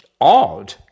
odd